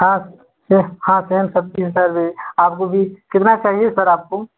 हाँ सें हाँ सेम सब्जी है सारी आपको भी कितना चाहिए सर आपको